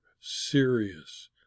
serious